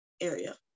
area